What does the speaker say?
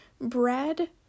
bread